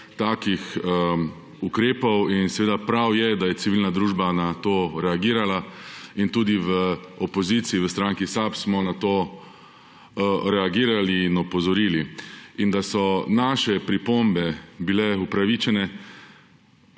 takih ukrepov in seveda prav je, da je civilna družba na to reagirala in tudi v opoziciji, v stranki SAB, smo na to reagirali in opozorili. In da so naše pripombe bile upravičene,